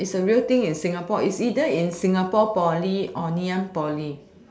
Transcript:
is a real thing in singapore is either in singapore poly or ngee-ann poly